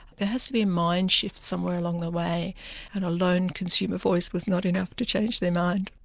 there has to be a mind-shift somewhere along the way and a lone consumer voice was not enough to change their mind.